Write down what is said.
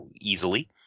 easily